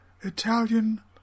Italian